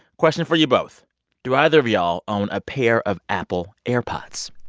question for you both do either of y'all own a pair of apple airpods?